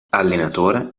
allenatore